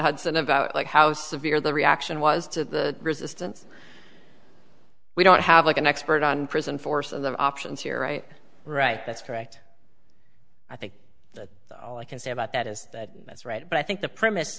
hudson about like how severe the reaction was to the resistance we don't have like an expert on prison force of options here right right that's correct i think that all i can say about that is that that's right but i think the premise